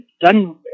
done